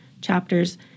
chapters